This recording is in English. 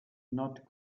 not